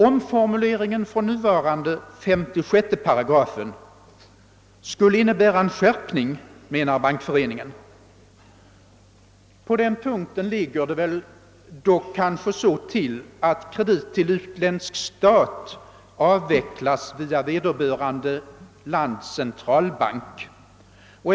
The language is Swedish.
Omformuleringen från nuvarande 56 § skulle innebär en skärpning, menar Bankföreningen. På den punkten ligger det väl dock så till, att kredit till utländsk stat lämnas via vederbörande lands centralbank.